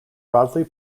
broadly